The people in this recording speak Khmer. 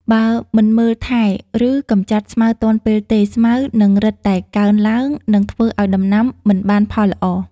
បើមិនមើលថែ ឬកម្ចាត់ស្មៅទាន់ពេលទេ ស្មៅនឹងរឹតតែកើនឡើង និងធ្វើឱ្យដំណាំមិនបានផលល្អ។